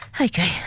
Okay